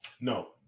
No